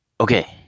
Okay